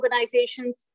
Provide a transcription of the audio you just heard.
organizations